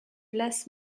las